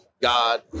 God